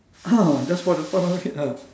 just for the fun of it ah